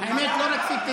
אתם אוטומטית מתקזזים.